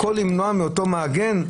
הכל למנוע מאותו מעגן,